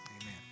Amen